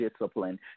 discipline